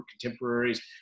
contemporaries